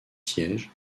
sièges